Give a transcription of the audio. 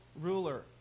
ruler